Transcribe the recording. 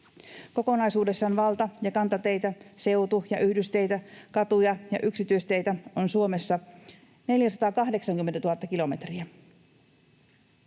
Kokonaisuudessaan valta- ja kantateitä, seutu- ja yhdysteitä, katuja ja yksityisteitä on Suomessa 480 000 kilometriä.